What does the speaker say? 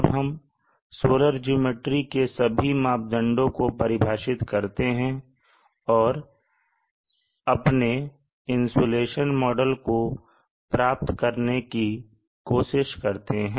अब हम solar geometry के सभी मापदंडों को परिभाषित करते हैं और अपने इंसुलेशन मॉडल को प्राप्त करने की कोशिश करते हैं